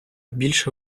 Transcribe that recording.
більше